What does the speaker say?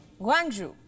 Guangzhou